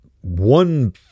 one